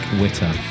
Witter